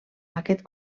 aquest